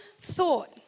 thought